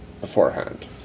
beforehand